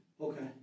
Okay